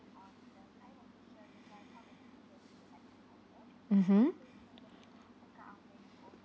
mmhmm